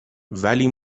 ولی